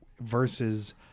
versus